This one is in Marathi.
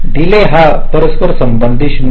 डीले हा परस्पर संबंध 0